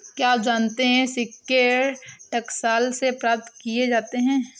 क्या आप जानते है सिक्के टकसाल से प्राप्त किए जाते हैं